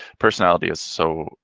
personality is so,